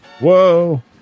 Whoa